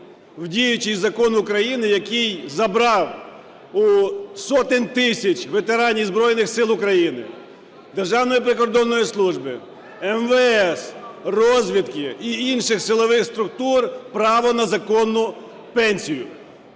в діючий закон України, який забрав у сотень тисяч ветеранів Збройних Сил України, Державної прикордонної служби, МВС, розвідки і інших силових структур, право на законну пенсію.